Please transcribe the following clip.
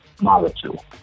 molecule